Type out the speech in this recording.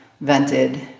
vented